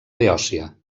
beòcia